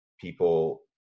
People